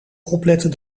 opletten